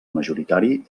majoritari